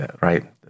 right